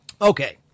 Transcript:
Okay